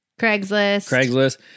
Craigslist